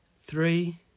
three